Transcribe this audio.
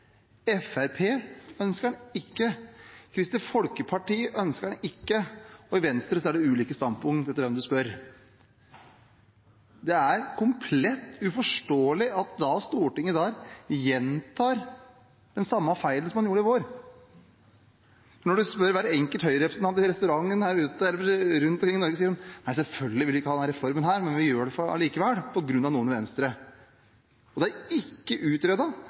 Fremskrittspartiet ønsker den ikke, Kristelig Folkeparti ønsker den ikke, og i Venstre er det ulike standpunkter ettersom hvem du spør. Det er komplett uforståelig at Stortinget i dag gjentar den samme feilen som man gjorde i vår. Når en spør hver enkelt Høyre-representant i restauranten her ute eller rundt omkring i Norge, sier de: Nei, selvfølgelig vil vi ikke ha denne reformen, men vi gjør det likevel, på grunn av noen i Venstre. Det er ikke